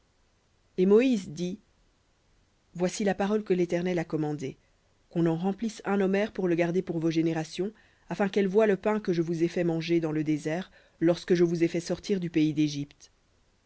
et moïse dit voici la parole que l'éternel a commandée qu'on en remplisse un omer pour le garder pour vos générations afin qu'elles voient le pain que je vous ai fait manger dans le désert lorsque je vous ai fait sortir du pays d'égypte